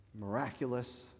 Miraculous